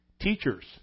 Teachers